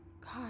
God